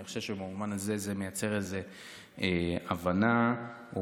אני חושב שבמובן הזה זה מייצר איזו הבנה או